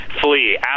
flee